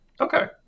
Okay